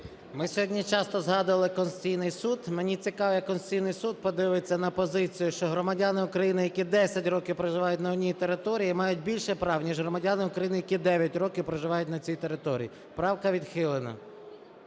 Ми сьогодні часто згадували Конституційний Суд. Мені цікаво, як Конституційний Суд подивиться на позицію, що громадяни України, які 10 років проживають на одній території, мають більше прав ніж громадяни України, які 9 років проживають на цій території. Правка відхилена.